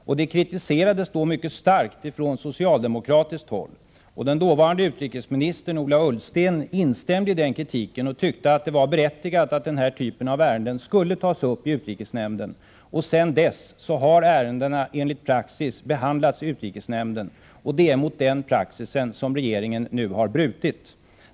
Detta kritiserades då mycket starkt från socialdemokratiskt håll. Den dåvarande utrikesministern Ola Ullsten instämde i kritiken och sade att det var berättigat att denna typ av ärenden skulle tas upp i utrikesnämnden. Sedan dess har ärendena enligt praxis behandlats i utrikesnämnden, och det är mot denna praxis som regeringen nu har brutit.